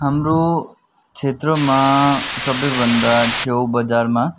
हाम्रो क्षेत्रममा सबैभन्दा छेउ बजारमा